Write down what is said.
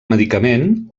medicament